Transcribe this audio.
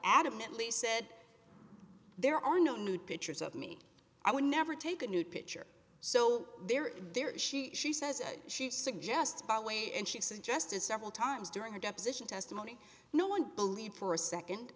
adamantly said there are no nude pictures of me i would never take a nude picture so there is there is she she says she suggests by the way and she suggested several times during her deposition testimony no one believed for a second